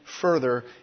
further